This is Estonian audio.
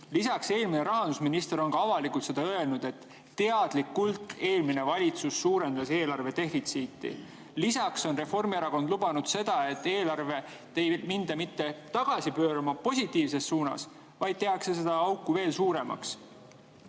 Lisaks, eelmine rahandusminister on ka avalikult seda öelnud, et eelmine valitsus suurendas teadlikult eelarve defitsiiti. Lisaks on Reformierakond lubanud seda, et eelarvet ei minda mitte tagasi pöörama positiivses suunas, vaid tehakse seda auku veel suuremaks,